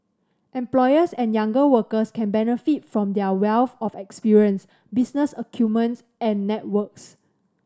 employers and younger workers can benefit from their wealth of experience business acumen and networks